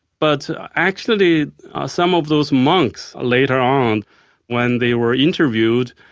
but actually some of those monks, later on when they were interviewed,